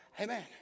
Amen